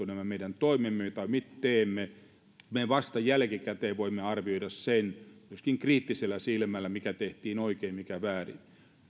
nämä meidän toimemme joita me teemme oikein mitoitettu me vasta jälkikäteen voimme arvioida sen myöskin kriittisellä silmällä mikä tehtiin oikein mikä väärin